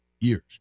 years